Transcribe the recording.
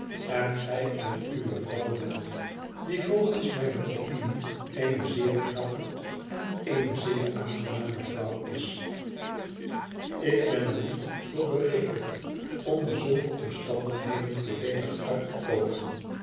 en gij en uwe vrouw wél die volgens mijne opinie eene zeer knappe en eene zeer aangename vrouw is ik ben er niet voor berekend onder zulke omstandigheden voordeelig uit